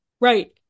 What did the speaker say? Right